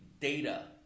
data